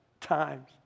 times